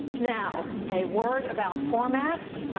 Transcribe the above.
now, a word about format.